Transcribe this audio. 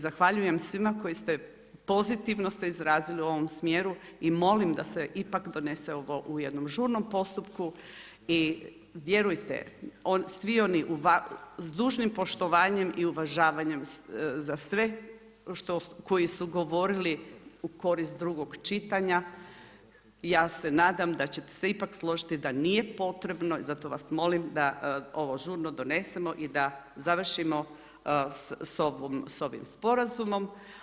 Zahvaljujem svima koji ste se pozitivno izrazili u ovom smjeru i molim da se ipak donese ovo u jednom žurnom postupku i vjerujte svi oni s dužnim poštovanjem i uvažavanjem za sve koji su govorili u korist drugog čitanja, ja se nadam da ćete se ipak složiti da nije potrebno i zato vas molim da ovo žurno donesemo i da završimo s ovim sporazumom.